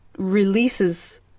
releases